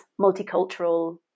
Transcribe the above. multicultural